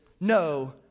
no